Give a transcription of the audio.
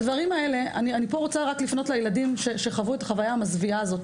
אני רוצה לפנות לילדים שחוו את החוויה המזוויעה הזאת